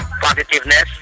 positiveness